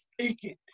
speaking